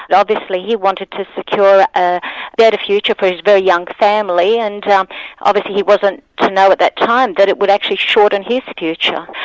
obviously he wanted to secure a better future for his very young family, and yeah um obviously he wasn't to know at that time that it would actually shorten his future.